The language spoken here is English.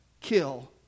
kill